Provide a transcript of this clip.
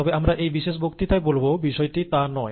তবে আমরা এই বিশেষ বক্তৃতায় বলব বিষয়টি ঠিক তা নয়